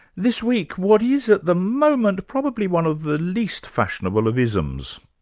this week, what is at the moment probably one of the least fashionable of isms,